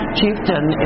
chieftain